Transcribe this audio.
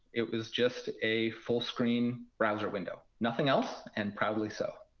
it was just a full-screen browser window. nothing else, and proudly so.